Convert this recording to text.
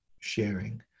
sharing